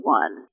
one